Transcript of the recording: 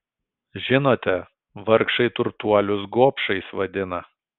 žinote vargšai turtuolius gobšais vadina